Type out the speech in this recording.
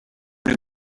knew